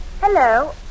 Hello